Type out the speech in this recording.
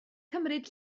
cymryd